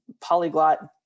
polyglot